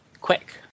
quick